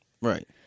Right